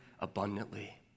abundantly